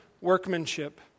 workmanship